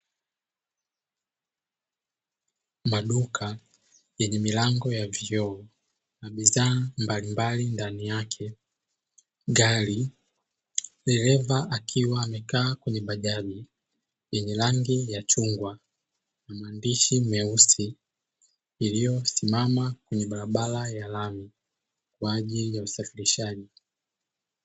Maduka yenye milango ya vioo na bidhaa mbalimbali ndani yake. Gari, dereva akiwa amekaa kwenye bajaji yenye rangi ya chungwa na maandishi meusi iliyosimama kwenye barabara ya lami. Kwa ajili ya usafirishaji.